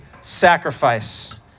sacrifice